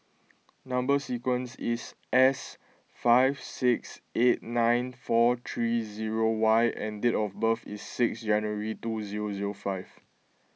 Number Sequence is S five six eight nine four three zero Y and date of birth is six January two zero zero five